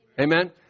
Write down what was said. Amen